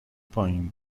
پایین